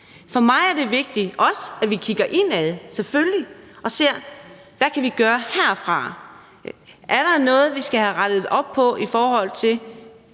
For mig er det også vigtigt, at vi kigger indad, selvfølgelig, og ser, hvad vi kan gøre herfra. Er der noget, vi skal have rettet op på i forhold til